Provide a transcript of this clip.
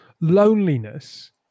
loneliness